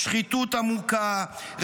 שחיתות עמוקה,